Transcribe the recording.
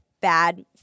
bad